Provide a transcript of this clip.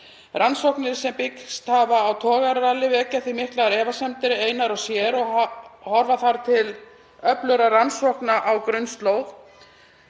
Rannsóknir sem byggst hafa á togararalli vekja því miklar efasemdir einar og sér. Horfa þarf til öflugra rannsókna á grunnslóð.